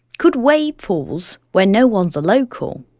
could wave pools, where no one's a local,